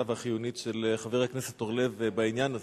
והחיונית של חבר הכנסת אורלב בעניין הזה.